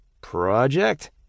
Project